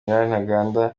ntaganda